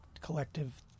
collective